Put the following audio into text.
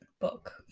book